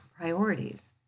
priorities